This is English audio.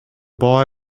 boy